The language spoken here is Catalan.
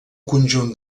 conjunt